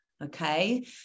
Okay